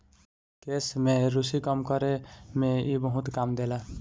केश में रुसी कम करे में इ बहुते काम देला